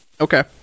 okay